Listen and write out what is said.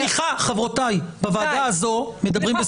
--- סליחה, חברותיי, בוועדה הזאת מדברים בזכות.